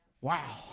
Wow